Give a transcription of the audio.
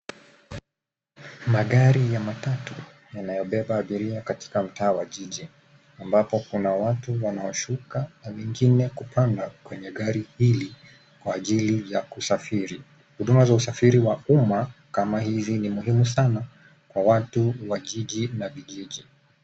Magari ya matatu yanayobeba abiria katika mtaa wa jiji ambapo kuna watu wanaoshuka na wengine kupanda kwenye gari hili kwa ajili ya kusafiri. Huduma za usafiri wa umma kama hivi ni muhimu sana kwa watu wa jiji na vijiji.